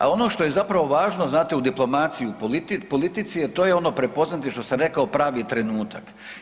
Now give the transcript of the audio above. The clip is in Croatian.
A ono što je zapravo važno znate u diplomaciji u politici to je ono prepoznati što sam rekao pravi trenutak.